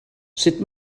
sut